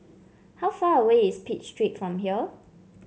how far away is Pitt Street from here